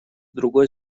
другой